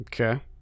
Okay